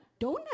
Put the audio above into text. donut